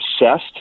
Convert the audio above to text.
obsessed